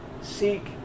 Seek